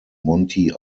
monty